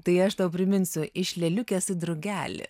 tai aš tau priminsiu iš lėliukės į drugelį